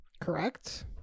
Correct